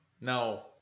No